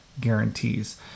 guarantees